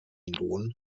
lohn